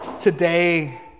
today